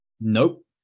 nope